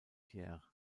pierre